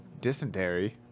dysentery